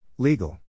Legal